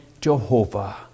Jehovah